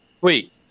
Wait